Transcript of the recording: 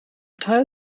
teil